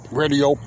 radio